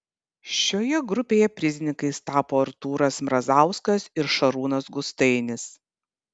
šioje grupėje prizininkais tapo artūras mrazauskas ir šarūnas gustainis